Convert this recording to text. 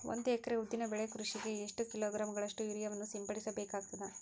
ಒಂದು ಎಕರೆ ಉದ್ದಿನ ಬೆಳೆ ಕೃಷಿಗೆ ಎಷ್ಟು ಕಿಲೋಗ್ರಾಂ ಗಳಷ್ಟು ಯೂರಿಯಾವನ್ನು ಸಿಂಪಡಸ ಬೇಕಾಗತದಾ?